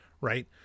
Right